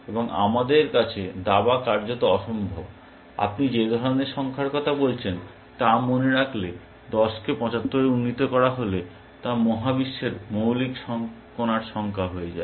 এবং আমাদের কাছে দাবা কার্যত অসম্ভব আপনি যে ধরনের সংখ্যার কথা বলছেন তা মনে রাখলে 10 কে 75 এ উন্নীত করা হলে তা মহাবিশ্বের মৌলিক কণার সংখ্যা হয়ে যায়